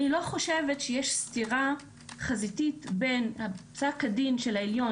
אני לא חושבת שיש סתירה חזיתית בין פסק הדין של העליון